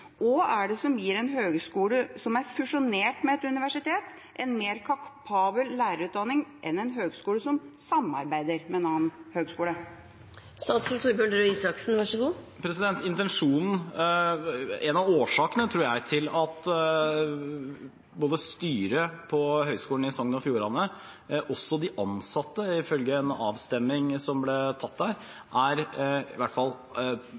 er det som gir en høgskole som er fusjonert med et universitet, en mer kapabel lærerutdanning enn en høgskole som samarbeider med en annen høgskole? En av årsakene, tror jeg, til at både styret på Høgskulen i Sogn og Fjordane og også de ansatte ifølge en avstemning som ble tatt